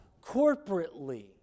corporately